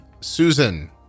Susan